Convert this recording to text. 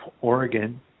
Oregon